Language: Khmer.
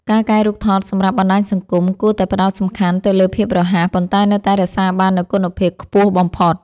ការកែរូបថតសម្រាប់ បណ្តាញសង្គម គួរតែផ្ដោតសំខាន់ទៅលើភាពរហ័ស ប៉ុន្តែនៅតែរក្សាបាននូវគុណភាពខ្ពស់បំផុត។